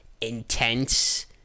intense